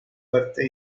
fuerte